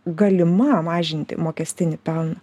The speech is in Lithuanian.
galima mažinti mokestinį pelną